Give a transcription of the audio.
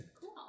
Cool